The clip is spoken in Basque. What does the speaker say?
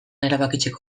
erabakitzeko